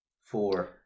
Four